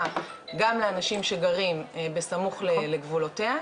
גם לאנשים שגרים בסמוך לגבולותיה,